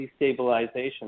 destabilization